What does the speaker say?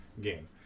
game